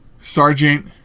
Sergeant